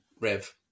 rev